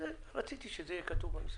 אז רציתי שזה יהיה כתוב במסמך.